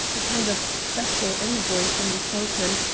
a kind of special envoy from the sultan,